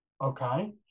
Okay